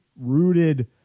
rooted